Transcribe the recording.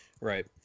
Right